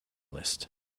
list